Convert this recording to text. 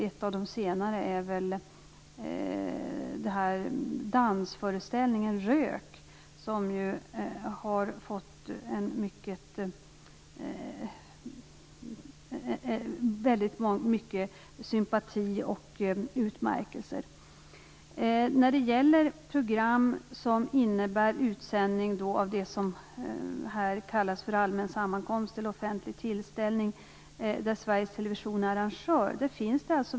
Ett av de senare är dansföreställningen Rök, som har fått mycket sympati och utmärkelser. Det finns möjlighet att använda sponsorsmedel för program som innebär utsändning av det som kallas allmän sammankomst eller offentlig tillställning där Sveriges Television är arrangör.